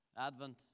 Advent